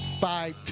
Bye